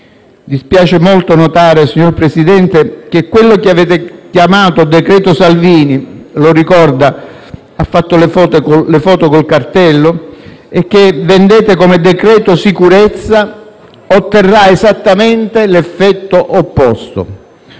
Dispiace molto notare, signor Presidente del Consiglio, che quel decreto-legge che avete chiamato decreto Salvini (lo ricorda? Ha fatto le foto col cartello) e che vendete come decreto sicurezza otterrà esattamente l'effetto opposto.